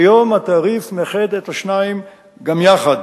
כיום התעריף מאחד את השניים יחד.